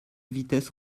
vitesse